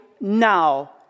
now